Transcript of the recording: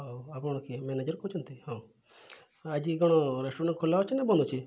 ହଉ ଆପଣ କିଏ ମ୍ୟାନେଜର କହୁଛନ୍ତି ହଁ ଆଜି କ'ଣ ରେଷ୍ଟୁରାଣ୍ଟ ଖୋଲା ଅଛି ନା ବନ୍ଦ ଅଛି